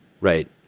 right